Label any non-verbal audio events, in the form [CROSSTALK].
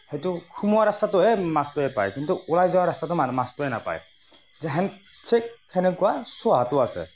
সেইটো সোমোৱাৰ ৰাস্তাটোহে মাছটোৱে পায় কিন্তু ওলাই যোৱা ৰাস্তাটো মাৰ মাছটোৱে নাপায় যেন [UNINTELLIGIBLE] চেক তেনেকুৱা চোহাটো আছে